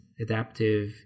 adaptive